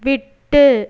விட்டு